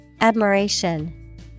Admiration